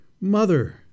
mother